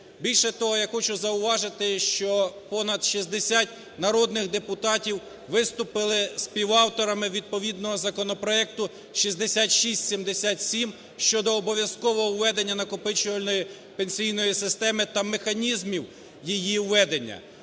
Більше того, я хочу зауважити, що понад 60 народних депутатів виступили співавторами відповідного Законопроекту 6677 щодо обов'язкового введення накопичувальної пенсійної системи та механізмів її введення.